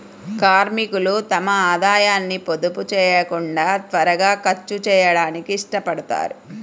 కార్మికులు తమ ఆదాయాన్ని పొదుపు చేయకుండా త్వరగా ఖర్చు చేయడానికి ఇష్టపడతారు